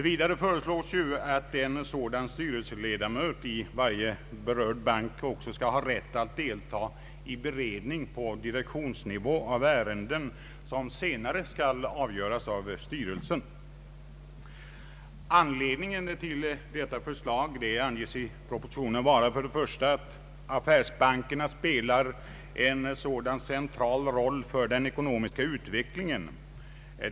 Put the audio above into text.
Vidare föreslås att en sådan styrelseledamot i varje berörd bank också skall ha rätt att delta i beredning på direktionsnivå av ärenden som senare skall avgöras av styrelsen. Anledningen till detta förslag anges i propositionen först och främst vara att affärsbankerna spelar en central roll för den ekonomiska utvecklingen.